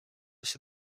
się